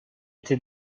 été